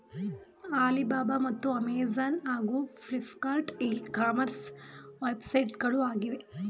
Alibaba ಮತ್ತು Amazon ಹಾಗೂ Flipkart e commerce ವೆಬ್ಸೈಟ್ಗಳು ಆಗಿವೆ